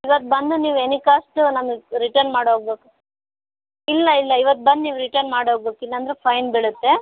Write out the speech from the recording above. ಇವತ್ತು ಬಂದು ನೀವು ಎನಿ ಕಾಸ್ಟು ನಮಗೆ ರಿಟರ್ನ್ ಮಾಡಿ ಹೋಗ್ಬೋಕ್ ಇಲ್ಲ ಇಲ್ಲ ಇವತ್ತು ಬಂದು ನೀವು ರಿಟರ್ನ್ ಮಾಡಿ ಹೋಗ್ಬೋಕ್ ಇಲ್ಲ ಅಂದರೆ ಫೈನ್ ಬೀಳುತ್ತೆ